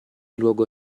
luogo